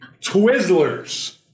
Twizzlers